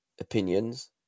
opinions